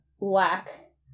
lack